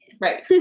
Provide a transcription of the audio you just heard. Right